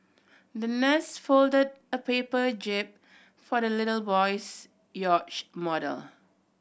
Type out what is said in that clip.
the nurse folded a paper jib for the little boy's yacht model